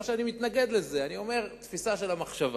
לא שאני מתנגד לזה, אלא שזאת תפיסה של המחשבה.